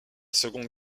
seconde